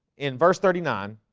in verse thirty nine